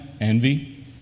Envy